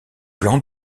plans